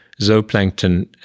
zooplankton